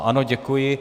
Ano, děkuji.